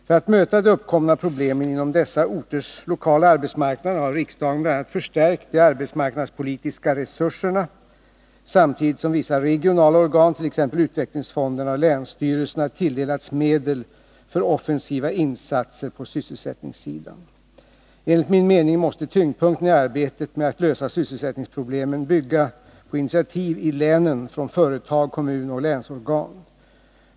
För att möta de uppkomna problemen inom dessa orters lokala arbetsmarknader har riksdagen bl.a. förstärkt de arbetsmarknadspolitiska resurserna samtidigt som vissa regionala organ, t.ex. utvecklingsfonderna och länsstyrelserna, tilldelats medel för offensiva insatser på sysselsättningssidan. Enligt min mening måste tyngdpunkten i arbetet med att lösa sysselsättningsproblem bygga på initiativ i länen från företag, kommun och länsorgan.